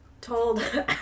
told